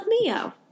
Mio